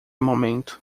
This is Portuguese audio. momento